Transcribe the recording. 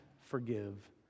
forgive